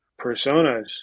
personas